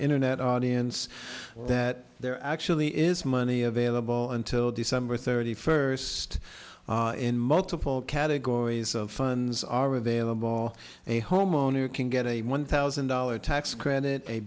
internet audience that there actually is money available until december thirty first in multiple categories of funds are available a homeowner can get a one thousand dollar tax credit a